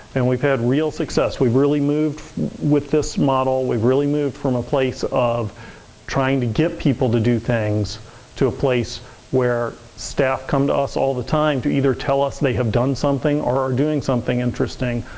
and we've had real success. we've really moved with this model, we've really moved from a place of trying to get people to do things to a place where staff come to us all the time to either tell us they have done something or are doing something interesting.